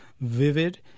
Vivid